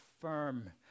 firm